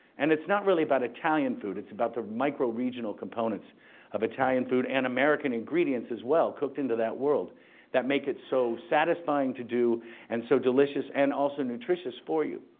and it's not really about italian food. it's about the micro-regional components of italian food and american ingredients as well, cooked into that world that make it so satisfying to do and so delicious and also nutritious for you.